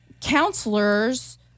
counselors